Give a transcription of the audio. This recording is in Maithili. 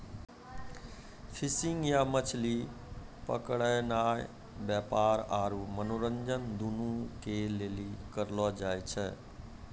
फिशिंग या मछली पकड़नाय व्यापार आरु मनोरंजन दुनू के लेली करलो जाय छै